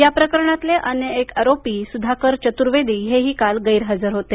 या प्रकरणातले अन्य एक आरोपी सुधाकर चतुर्वेदी हेही काल गैरहजर होते